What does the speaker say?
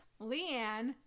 Leanne